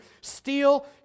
steal